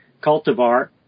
cultivar